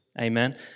Amen